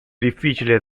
difficile